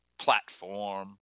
platform